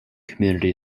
community